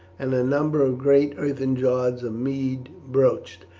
and a number of great earthen jars of mead broached,